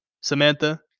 Samantha